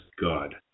God